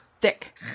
thick